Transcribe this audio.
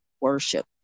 worship